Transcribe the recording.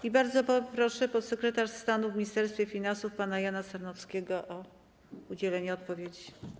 I bardzo proszę podsekretarza stanu w Ministerstwie Finansów pana Jana Sarnowskiego o udzielenie odpowiedzi.